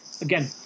again